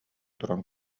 туран